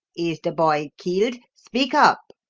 is the boy killed? speak up!